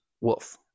wolf